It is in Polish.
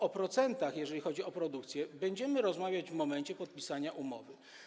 O procentach, jeżeli chodzi o produkcję, będziemy rozmawiać w momencie podpisania umowy.